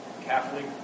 Catholic